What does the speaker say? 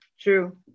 True